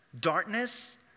Darkness